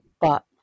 But-